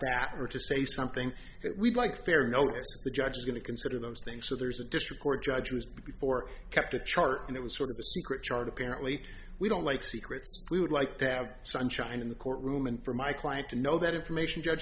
that or to say something that we'd like fair notice the judge is going to consider those things so there's a district court judge was before kept a chart and it was sort of a secret chart apparently we don't like secrets we would like to have sunshine in the courtroom and for my client to know that information judge